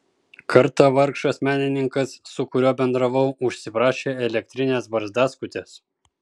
kartą vargšas menininkas su kuriuo bendravau užsiprašė elektrinės barzdaskutės